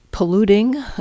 polluting